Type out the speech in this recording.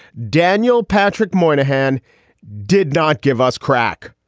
daniel patrick moynihan did not give us crack.